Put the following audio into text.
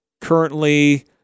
currently